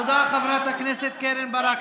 תודה, חברת הכנסת קרן ברק.